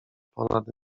ponad